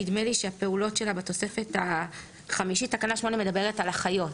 נדמה שהפעולות שלה נמצאות בתוספת החמישית מדברת על אחיות.